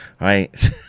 right